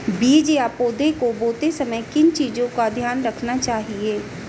बीज या पौधे को बोते समय किन चीज़ों का ध्यान रखना चाहिए?